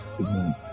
Amen